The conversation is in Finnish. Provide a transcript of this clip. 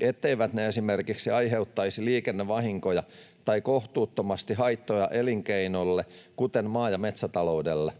etteivät ne esimerkiksi aiheuttaisi liikennevahinkoja tai kohtuuttomasti haittoja elinkeinolle, kuten maa- ja metsätaloudelle.